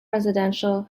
residential